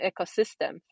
ecosystem